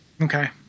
Okay